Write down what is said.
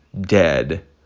dead